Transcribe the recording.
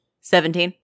Seventeen